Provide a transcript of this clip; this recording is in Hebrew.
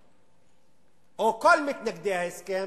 או כל מתנגדי ההסכם,